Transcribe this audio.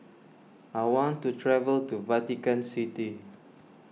I want to travel to Vatican City